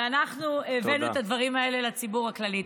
ואנחנו הבאנו את הדברים האלה לציבור הכללי.